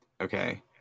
Okay